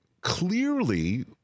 clearly